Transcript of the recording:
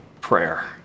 prayer